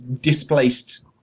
displaced